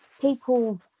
people